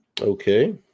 Okay